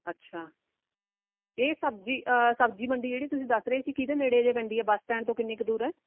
ਅੱਛਾ ਇਹ ਸਬਜ਼ੀ ਸਬਜ਼ੀ ਮੰਡੀ ਜਿਹੜੀ ਤੁਸੀਂ ਦੱਸ ਰਹੇ ਸੀ ਕਿਹਦੇ ਨੇੜੇ ਜਿਹੇ ਪੈਂਦੀ ਆ ਬੱਸ ਸਟੈਂਡ ਤੋਂ ਕਿੰਨੀ ਕੁ ਦੂਰ ਹੈ